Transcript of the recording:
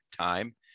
time